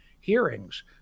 hearings